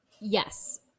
Yes